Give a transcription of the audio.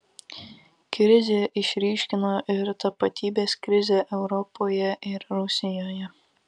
krizė išryškino ir tapatybės krizę europoje ir rusijoje